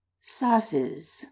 Sauces